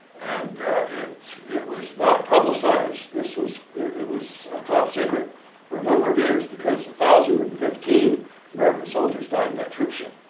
and it it was not publicized. this was it was top secret for a number of years because, one thousand and fifteen american soldiers died in that troop ship.